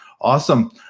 awesome